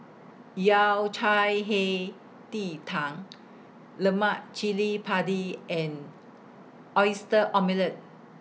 Yao Cai Hei Ji Tang Lemak Cili Padi and Oyster Omelette